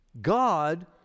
God